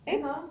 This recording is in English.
eh